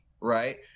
right